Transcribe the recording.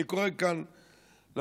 אני קורא כאן לממשלה